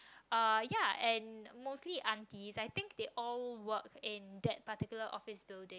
uh ya and mostly aunties I think they all work in that particular office building